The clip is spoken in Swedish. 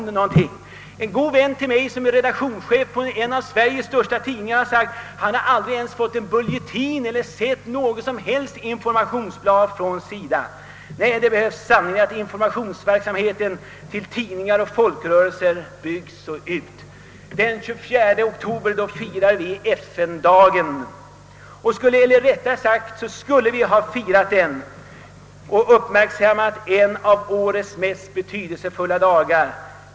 En god vän till mig, redaktionschef för en av Sveriges större tidningar, har hittills aldrig personligen sett några informationsblad eller bulletiner från SIDA. Nej, det är sannerligen behövligt att informationsverksamheten till tidningar och folkrörelser om SIDA byggs ut. Den 24 oktober firade vi — eller skulle rättare sagt ha firat — FN-dagen, en av årets mest betydelsefulla dagar.